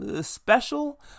special